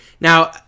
Now